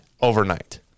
overnight